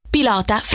Pilota